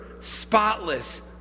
spotless